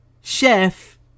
Chef